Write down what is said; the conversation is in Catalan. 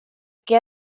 que